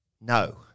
No